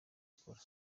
akora